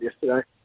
yesterday